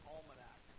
Almanac